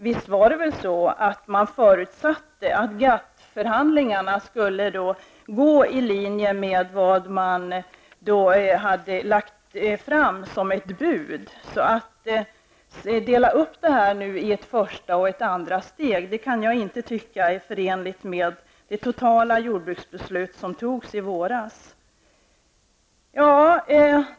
Visst var det så, att det förutsattes att GATT-förhandlingarna skulle gå i linje med det bud man lagt fram? Att dela upp detta i ett första och andra steg anser jag inte är förenligt med det jordbruksbeslut som fattades i våras.